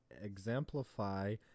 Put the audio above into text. exemplify